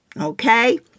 Okay